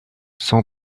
son